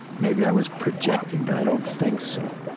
maybe i was projecting, but i don't think so.